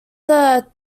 that